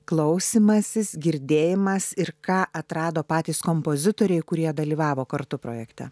klausymasis girdėjimas ir ką atrado patys kompozitoriai kurie dalyvavo kartu projekte